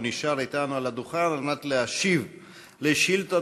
הוא נשאר אתנו על הדוכן כדי להשיב על שאילתה